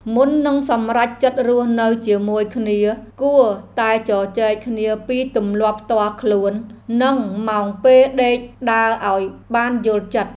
មុននឹងសម្រេចចិត្តរស់នៅជាមួយគ្នា គួរតែជជែកគ្នាពីទម្លាប់ផ្ទាល់ខ្លួន និងម៉ោងពេលដេកដើរឱ្យបានយល់ចិត្ត។